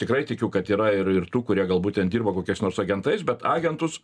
tikrai tikiu kad yra ir ir tų kurie galbūt ten dirba kokiais nors agentais bet agentus